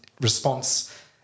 response